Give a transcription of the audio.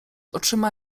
oczyma